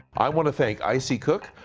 i wanna thank icie cook,